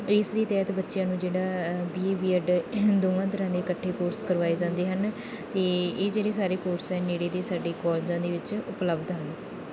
ਇਸ ਦੇ ਤਹਿਤ ਬੱਚਿਆਂ ਨੂੰ ਜਿਹੜਾ ਬੀ ਏ ਬੀ ਐਡ ਦੋਵਾਂ ਤਰ੍ਹਾਂ ਦੇ ਇਕੱਠੇ ਕੋਰਸ ਕਰਵਾਏ ਜਾਂਦੇ ਹਨ ਅਤੇ ਇਹ ਜਿਹੜੇ ਸਾਰੇ ਕੋਰਸ ਹੈ ਨੇੜੇ ਦੇ ਸਾਡੇ ਕੋਲਜਾਂ ਦੇ ਵਿੱਚ ਉਪਲਬਧ ਹਨ